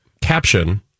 Caption